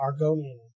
Argonian